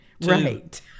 Right